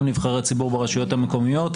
גם נבחרי ציבור ברשויות המקומיות.